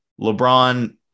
LeBron